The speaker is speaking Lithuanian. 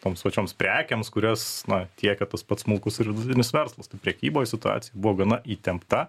toms pačioms prekėms kurias na tiekia kad tas pats smulkus ir vidutinis verslas tai prekyboje situacija buvo gana įtempta